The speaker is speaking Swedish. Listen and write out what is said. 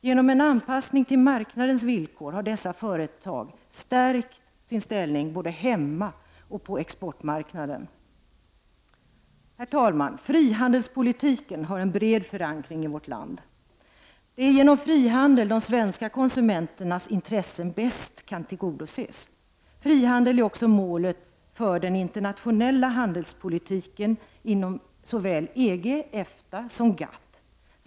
Genom en anpassning till marknadens villkor har dessa företag stärkt sin ställning både hemma och på exportmarknaden. Herr talman! Frihandelspolitiken har en bred förankring i vårt land. Det är genom frihandel som de svenska konsumenternas intressen bäst kan tillvaratas. Frihandel är också målet för den internationella handelspolitiken inom såväl EG och EFTA som GATT.